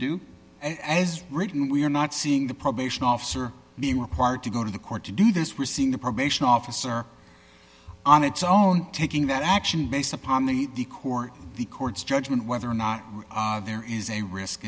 do as written we are not seeing the probation officer being required to go to the court to do this we're seeing the probation officer on its own taking that action based upon the the court the court's judgment whether or not there is a risk